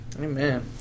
Amen